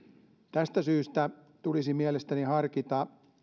tästä syystä tulisi mielestäni harkita